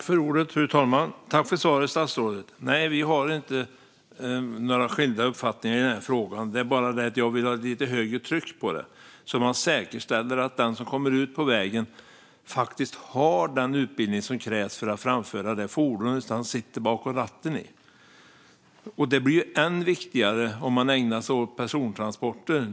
Fru talman! Jag tackar statsrådet för svaret. Vi har inte skilda uppfattningar i frågan, men jag vill ha lite högre tryck så att det går att säkerställa att den som kommer ut på vägen faktiskt har den utbildning som krävs för att framföra fordonet. Det blir än viktigare om man ägnar sig åt persontransporter.